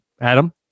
Adam